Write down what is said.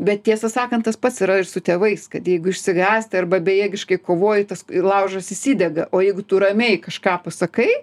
bet tiesą sakant tas pats yra ir su tėvais kad jeigu išsigąsti arba bejėgiškai kovoji tas laužas įsidega o jeigu tu ramiai kažką pasakai